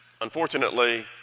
unfortunately